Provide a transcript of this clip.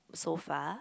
so far